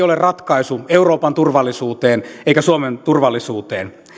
ole ratkaisu euroopan turvallisuuteen eikä suomen turvallisuuteen